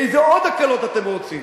איזה עוד הקלות אתם רוצים?